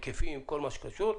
היקפים, כל מה שקשור.